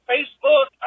Facebook